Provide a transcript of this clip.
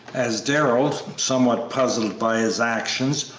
as darrell, somewhat puzzled by his actions,